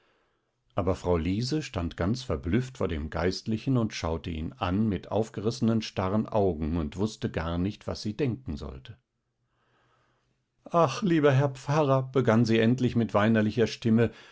aber frau liese stand ganz verblüfft vor dem geistlichen und schaute ihn an mit aufgerissenen starren augen und wußte gar nicht was sie denken sollte ach lieber herr pfarrer begann sie endlich mit weinerlicher stimme